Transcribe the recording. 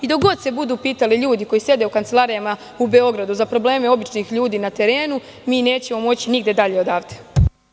Dok god se budu pitali ljudi koji sede u kancelarijama u Beogradu za probleme običnih ljudi na terenu, mi nećemo moći nigde dalje odavde.